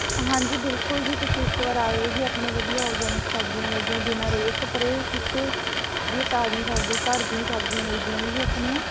ਹਾਂਜੀ ਬਿਲਕੁਲ ਜੀ ਤੁਸੀਂ ਇੱਕ ਵਾਰ ਆਇਓ ਜੀ ਆਪਣੇ ਵਧੀਆ ਔਰਗੈਨਿਕ ਸਬਜ਼ੀਆਂ ਮਿਲਦੀਆਂ ਬਿਨਾਂ ਰੇਹ ਸਪਰੇਅ ਕੀਤੇ ਜਿਹੜੀਆ ਤਾਜ਼ੀਆਂ ਸਬਜ਼ੀਆਂ ਘਰ ਦੀਆਂ ਸਬਜ਼ੀਆਂ ਮਿਲਦੀਆਂ ਨੇ ਜੀ ਆਪਣੀਆਂ